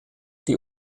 die